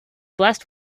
blessed